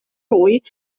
lui